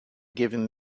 giving